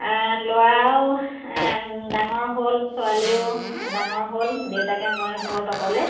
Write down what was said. ল'ৰাও ডাঙৰ হ'ল ছোৱালীও ডাঙৰ হ'ল দেউতাকে ময়ে ঘৰত অকলে